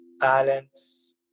balance